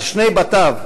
על שני בתיו,